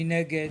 מי נגד?